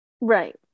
right